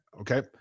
okay